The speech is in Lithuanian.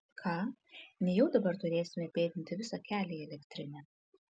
ką nejau dabar turėsime pėdinti visą kelią į elektrinę